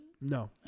No